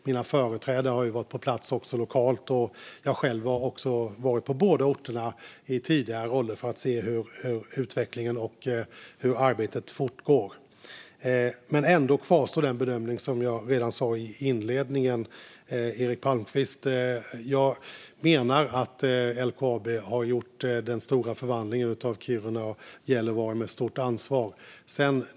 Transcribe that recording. Mina företrädare har varit på plats lokalt, och jag har också själv i tidigare roller varit på båda orterna för att se hur utvecklingen och arbetet fortgår. Den bedömning jag redogjorde för inledningsvis kvarstår dock, Eric Palmqvist. Jag menar att LKAB har genomfört den stora omvandlingen av Kiruna och Gällivare med stort ansvar.